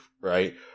right